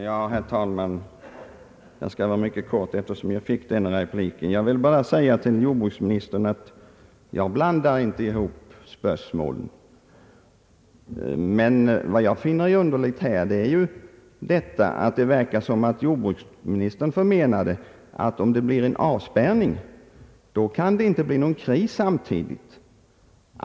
Herr talman! Jag skall fatta mig mycket kort eftersom jag nu fick tid för ytterligare ett inlägg. Jag vill bara säga till jordbruksministern att jag blandar inte ihop spörsmålen. Vad jag finner underligt är att det verkar som om jordbruksministern förmenade att om det blir en avspärrning så kan det inte bli någon kris samtidigt.